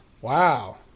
Wow